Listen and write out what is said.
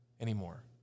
anymore